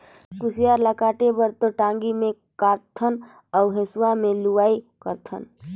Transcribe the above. कुसियार ल काटे बर तो टांगी मे कारथन अउ हेंसुवा में लुआई करथन